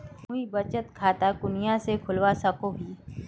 मुई बचत खता कुनियाँ से खोलवा सको ही?